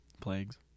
plagues